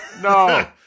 No